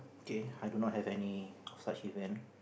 K I do not have any of such event